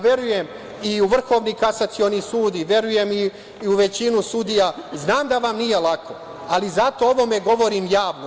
Verujem i u Vrhovni kasacioni sud, verujem i u većinu sudija, znam da vam nije lako, ali zato o ovome govorim javno.